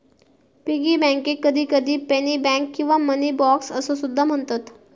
piggy बँकेक कधीकधी penny bank किंवा मनी बॉक्स असो सुद्धा म्हणतत